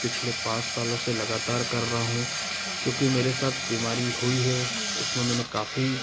पिछले पाँच सालों से लगातार कर रहा हूँ क्योंकि मेरे साथ बीमारी हुई है उसमें मैंने काफी